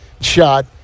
shot